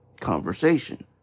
conversation